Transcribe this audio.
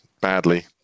badly